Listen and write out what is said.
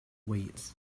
weights